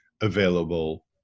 available